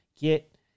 get